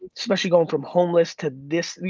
especially going from homeless to this,